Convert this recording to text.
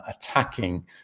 attacking